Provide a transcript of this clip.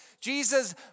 Jesus